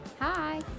Hi